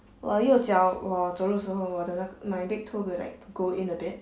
我右脚我走路的时候我的那 my big toe will like go in a bit